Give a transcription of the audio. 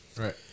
Right